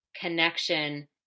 connection